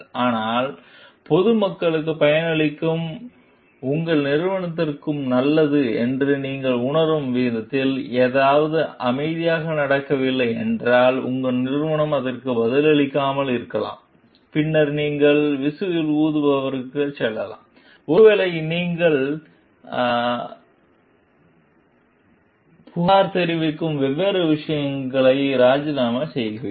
ஆனால் பொது மக்களுக்கும் பயனாளிகளுக்கும் உங்கள் நிறுவனத்திற்கும் நல்லது என்று நீங்கள் உணரும் விதத்தில் ஏதாவது அமைதியாக நடக்கவில்லை என்றால் உங்கள் நிறுவனம் அதற்கு பதிலளிக்காமல் இருக்கலாம் பின்னர் நீங்கள் விசில் ஊதுவதற்குச் செல்லலாம் ஒருவேளை அல்லது நீங்கள் புகார் தெரிவிக்கும் வெவ்வேறு விஷயங்களை ராஜினாமா செய்கிறீர்கள்